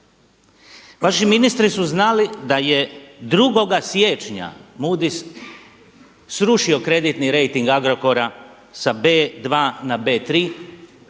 Vaši ministri su znali da je 2. siječnja Moodys srušio kreditni rejting Agrokora sa B2 na B3,